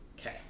Okay